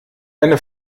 eine